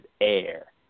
air